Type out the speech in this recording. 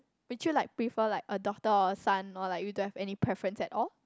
would you like prefer like a daughter or a son or like you don't have any preference at all